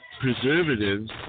preservatives